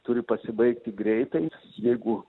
turi pasibaigti greitai jeigu